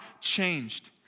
changed